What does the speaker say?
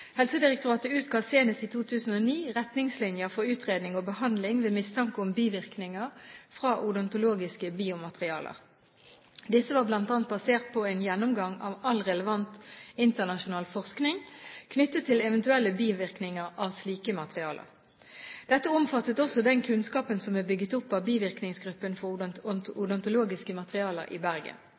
Helsedirektoratet utga senest i 2009 «Retningslinjer for utredning og behandling ved mistanke om bivirkninger fra odontologiske biomaterialer». Disse var bl.a. basert på en gjennomgang av all relevant internasjonal forskning knyttet til eventuelle bivirkninger av slike materialer. Dette omfattet også den kunnskapen som er bygget opp av Bivirkningsgruppen for odontologiske materialer i Bergen.